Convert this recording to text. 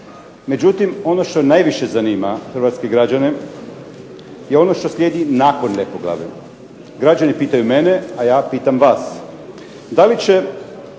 Međutim, ono što najviše zanima Hrvatske građane, je ono što slijedi nakon Lepoglave, građani pitaju mene a ja pitam vas.